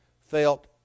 felt